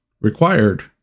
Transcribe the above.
required